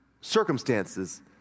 circumstances